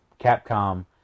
Capcom